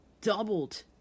doubled